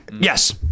Yes